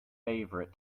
favorite